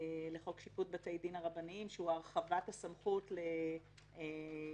לחוק שיפוט דין הרבניים שהוא הרחבת הסמכות לגבי